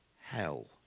hell